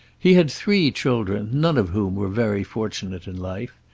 he had three children, none of whom were very fortunate in life.